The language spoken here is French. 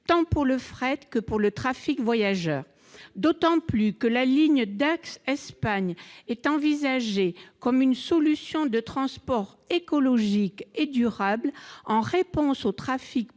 tant pour le fret que pour le trafic voyageurs, d'autant que la ligne Dax-Espagne est envisagée comme une solution de transport écologique et durable, au regard des